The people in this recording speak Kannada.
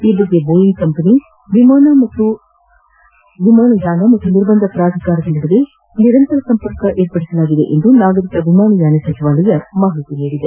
ಈ ಬಗ್ಗೆ ಬೋಯಿಂಗ್ ಕಂಪನಿ ವಿಮಾನ ಮತ್ತು ವಿಮಾನಯಾನ ಹಾಗೂ ನಿರ್ಬಂಧ ಪ್ರಾಧಿಕಾರಗಳ ನಡುವೆ ನಿರಂತರ ಸಂಪರ್ಕ ಹೊಂದಲಾಗಿದೆ ಎಂದು ನಾಗರಿಕ ವಿಮಾನಯಾನ ಸಚಿವಾಲಯ ತಿಳಿಸಿದೆ